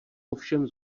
ovšem